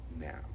now